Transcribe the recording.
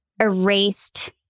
erased